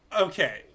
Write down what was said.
Okay